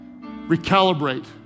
recalibrate